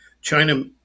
China